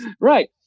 right